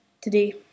today